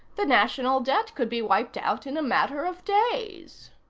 the national debt could be wiped out in a matter of days.